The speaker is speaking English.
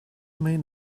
mean